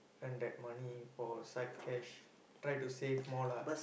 and that money for side cash try to save more lah